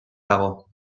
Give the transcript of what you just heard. dago